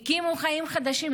הקימו חיים חדשים,